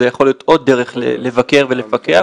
זו יכולה להיות עוד דרך לבקר ולפקח.